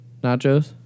nachos